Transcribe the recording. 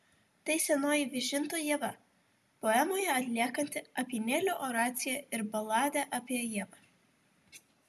tai senoji vyžinto ieva poemoje atliekanti apynėlio oraciją ir baladę apie ievą